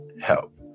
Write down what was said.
help